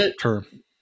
term